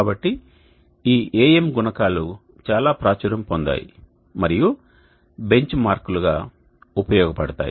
కాబట్టి ఈ AM గుణకాలు చాలా ప్రాచుర్యం పొందాయి మరియు బెంచ్మార్క్లుగా ఉపయోగపడతాయి